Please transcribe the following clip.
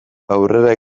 aurrera